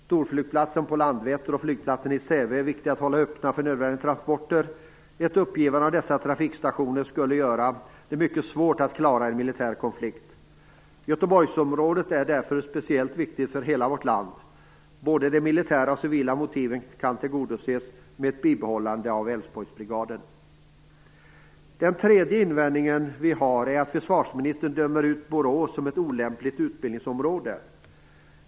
Storflygplatsen Landvetter och flygplatsen i Säve är viktiga att hålla öppna för nödvändiga transporter. Nedläggning av dessa trafikstationer skulle göra det mycket svårt att klara en militär konflikt. Göteborgsområdet är därför speciellt viktigt för hela vårt land. Både de militära och de civila motiven kan tillgodoses med ett bibehållande av Älvsborgsbrigaden. Den tredje invändning som vi har är att försvarsministern dömer ut Borås som ett olämpligt utbildningsområde.